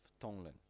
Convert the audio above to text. tonglen